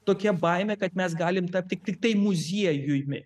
tokia baimė kad mes galim tapti tiktai muziejumi